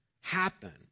happen